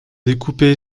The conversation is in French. découpé